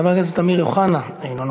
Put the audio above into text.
חבר הכנסת אמיר אוחנה, אינו נוכח.